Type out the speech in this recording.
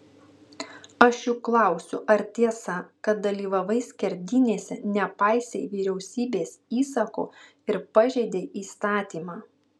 aš juk klausiu ar tiesa kad dalyvavai skerdynėse nepaisei vyriausybės įsako ir pažeidei įstatymą